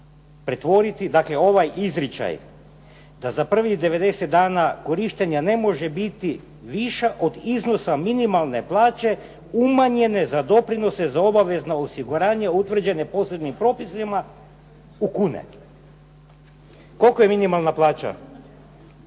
pretvoriti, dakle ovaj izričaj da za prvih 90 dana korištenja ne može biti više od iznosa minimalne plaće umanjene za doprinose za obavezna osiguranja utvrđene posebnim propisima u kune? Koliko je minimalna plaća